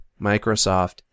Microsoft